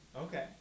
okay